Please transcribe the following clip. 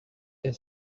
est